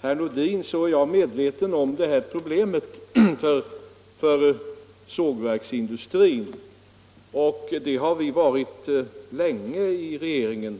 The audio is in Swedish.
herr Nordin är jag medveten om det här problemet för sågverksindustrin. Det har vi länge varit i regeringen.